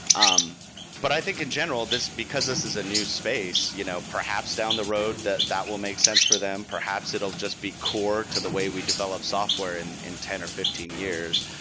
um but i think, in general, because this is a new space, you know perhaps down the road, that that will make sense for them. perhaps it will just be core to the way we develop software in in ten or fifteen years.